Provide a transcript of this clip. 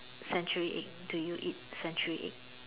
century egg do you eat century egg